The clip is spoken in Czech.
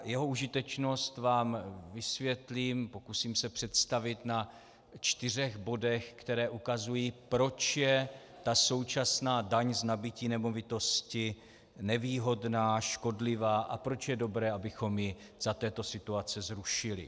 Jeho užitečnost vám vysvětlím, pokusím se představit na čtyřech bodech, které ukazují, proč je současná daň z nabytí nemovitosti nevýhodná, škodlivá a proč je dobré, abychom ji za této situace zrušili.